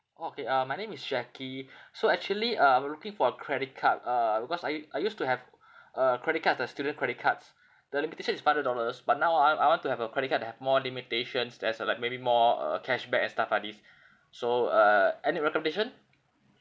okay uh my name is jackie so actually uh I'm looking for a credit card uh because I u~ I used to have a credit card the student credit cards the limitation is five hundred dollars but now I I want to have a credit card that have more limitations that's uh like maybe more uh cashback and stuff like these so uh any recommendation